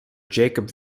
jacob